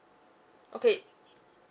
okay